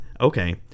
okay